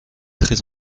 très